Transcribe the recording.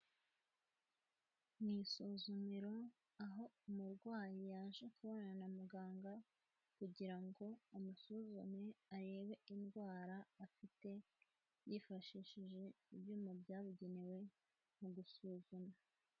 Ni isuzumero, aho umurwayi yaje kubonana na muganga kugira ngo amusuzume arebe indwara afite, yifashishije ibyuma byabugenewe mu gusuzuma.